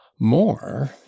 More